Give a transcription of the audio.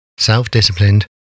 Self-disciplined